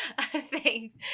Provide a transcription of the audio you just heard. Thanks